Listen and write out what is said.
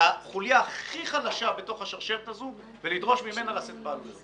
לחוליה הכי חלשה בתוך השרשרת הזאת ולדרוש ממנה לשאת בעלות?